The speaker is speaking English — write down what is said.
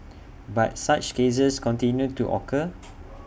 but such cases continue to occur